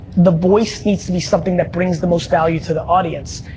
the voice needs to be something that brings the most value to the audience.